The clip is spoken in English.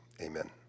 Amen